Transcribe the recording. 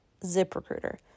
ZipRecruiter